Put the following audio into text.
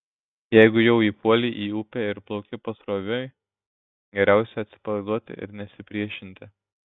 jeigu jau įpuolei į upę ir plauki pasroviui geriausia atsipalaiduoti ir nesipriešinti